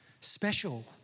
special